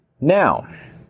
Now